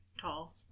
tall